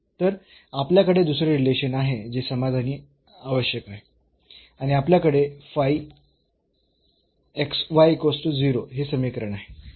तर आपल्याकडे दुसरे रिलेशन आहे जे समाधानी आवश्यक आहे आणि आपल्याकडे हे समीकरण आहे